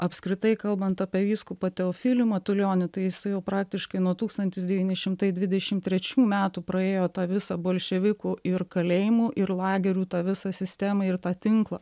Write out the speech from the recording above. apskritai kalbant apie vyskupą teofilių matulionį tai jisai jau praktiškai nuo tūkstantis devyni šimtai dvidešim trečių metų praėjo tą visą bolševikų ir kalėjimų ir lagerių tą visą sistemą ir tą tinklą